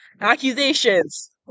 accusations